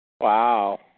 wow